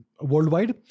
worldwide